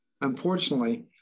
Unfortunately